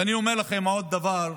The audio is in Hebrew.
ואני אומר לכם עוד דבר.